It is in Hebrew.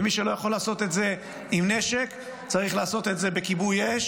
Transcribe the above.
ומי שלא יכול לעשות את זה עם נשק צריך לעשות את זה בכיבוי אש